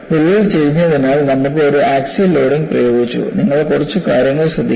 വിള്ളൽ ചെരിഞ്ഞതിനാൽ നമുക്ക് ഒരു ആക്സിയൽ ലോഡിംഗ് പ്രയോഗിച്ചു നിങ്ങൾ കുറച്ച് കാര്യങ്ങൾ ശ്രദ്ധിക്കണം